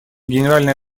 генеральной